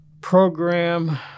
program